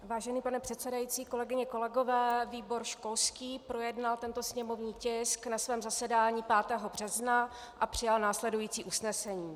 Vážený pane předsedající, kolegyně, kolegové, výbor školský projednal tento sněmovní tisk na svém zasedání 5. března a přijal následující usnesení.